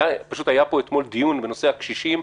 פשוט היה פה אתמול דיון בנושא הקשישים.